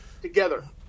together